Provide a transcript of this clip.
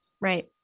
Right